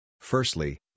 Firstly